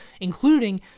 including